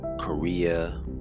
korea